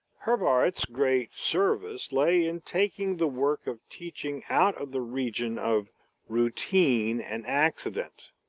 herbart's great service lay in taking the work of teaching out of the region of routine and accident.